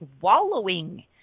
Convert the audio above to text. wallowing